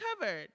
covered